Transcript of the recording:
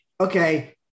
okay